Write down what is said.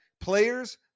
players